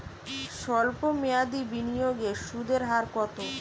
সল্প মেয়াদি বিনিয়োগে সুদের হার কত?